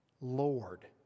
Lord